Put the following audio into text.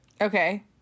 Okay